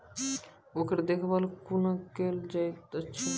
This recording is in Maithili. ओकर देखभाल कुना केल जायत अछि?